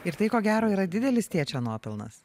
ir tai ko gero yra didelis tėčio nuopelnas